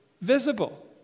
visible